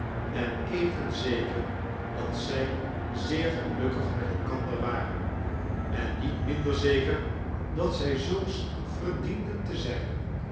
en even zeker dat zij zeer gelukkig met elkander waren en niet minder zeker dat zij zulks verdienden te zijn